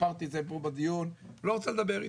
והוא לא רצה לדבר אתי.